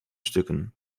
stukken